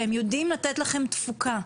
שהם יודעים לתת לכם תפוקה.